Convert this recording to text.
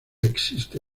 existe